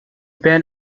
band